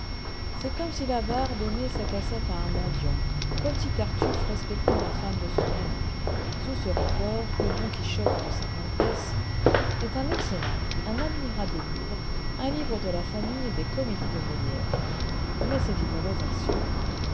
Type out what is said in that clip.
c'est comme si l'avare donnait sa cassette à un mendiant comme si tartufe respectait la femme de son ami sous ce rapport le don quichotte de cervantes est un excellent un admirable livre un livre de la famille des comédies de molière mais c'est une mauvaise action